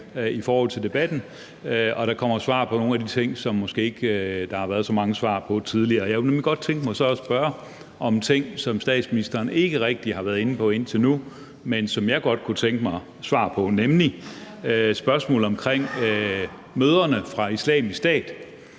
i forhold til debatten og der kommer svar på nogle af de ting, som der måske ikke har været så mange svar på tidligere. Og jeg kunne så godt tænke mig at spørge om en ting, som statsministeren ikke rigtig har været inde på indtil nu, men som jeg godt kunne tænke mig et svar på, nemlig spørgsmålet omkring mødrene fra Islamisk Stat.